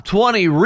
Twenty